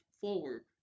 forward